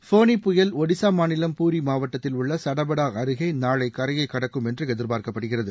ஃபோனி புயல் ஒடிசா மாநிலம் பூரி மாவட்டத்தில் உள்ள சடபடா அருகே நாளை கரையைக்கடக்கும் என்று எதிர்பார்க்கப்படுகிறது